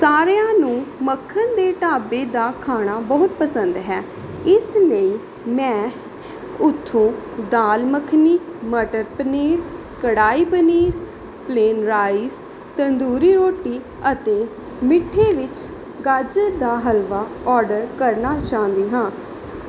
ਸਾਰਿਆਂ ਨੂੰ ਮੱਖਣ ਦੇ ਢਾਬੇ ਦਾ ਖਾਣਾ ਬਹੁਤ ਪਸੰਦ ਹੈ ਇਸ ਲਈ ਮੈਂ ਉੱਥੋਂ ਦਾਲ ਮਖਣੀ ਮਟਰ ਪਨੀਰ ਕੜਾਹੀ ਪਨੀਰ ਪਲੇਨ ਰਾਈਸ ਤੰਦੂਰੀ ਰੋਟੀ ਅਤੇ ਮਿੱਠੇ ਵਿੱਚ ਗਾਜਰ ਦਾ ਹਲਵਾ ਔਡਰ ਕਰਨਾ ਚਾਹੁੰਦੀ ਹਾਂ